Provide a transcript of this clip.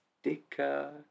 sticker